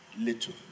little